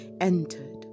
entered